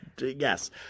Yes